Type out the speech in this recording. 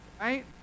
Right